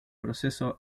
proceso